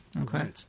Okay